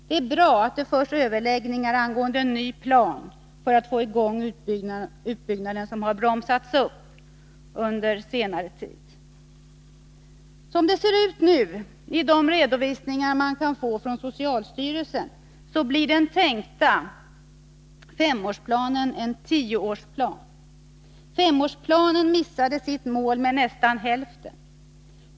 Det är bra att det förs överläggningar angående en ny plan för att få i gång utbyggnaden, som har bromsats upp på senare tid. Som det nu ser ut i de redovisningar som man kan få från socialstyrelsen blir den tänkta femårsplanen en tioårsplan. Femårsplanen missade sitt mål med nästan hälften.